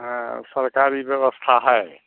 हैं अब सरकारी व्यवस्था है